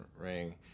Ring